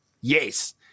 yes